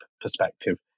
perspective